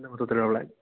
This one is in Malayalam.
ഇത് മൊത്തത്തിലുള്ള